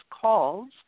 calls